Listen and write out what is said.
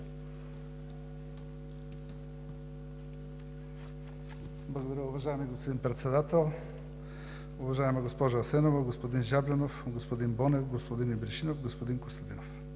Благодаря, уважаеми господин Председател. Уважаема госпожо Асенова, господин Жаблянов, господин Бонев, господин Ибришимов, господин Костадинов!